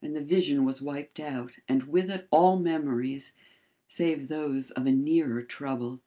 and the vision was wiped out and with it all memories save those of a nearer trouble